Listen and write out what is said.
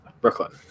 Brooklyn